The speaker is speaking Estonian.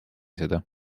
seda